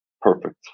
perfect